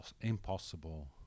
impossible